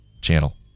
channel